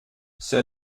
sir